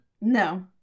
No